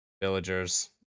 villagers